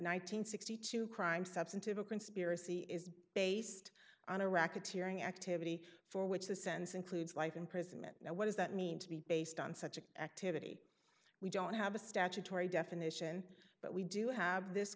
and sixty two crime substantive a conspiracy is based on a racketeering activity for which the sense includes life imprisonment what does that mean to be based on such an activity we don't have a statutory definition but we do have this